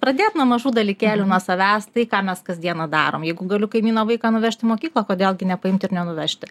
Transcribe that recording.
pradėt nuo mažų dalykėlių nuo savęs tai ką mes kasdiena darom jeigu galiu kaimyno vaiką nuvežt į mokyklą kodėl gi nepaimt ir nenuvežti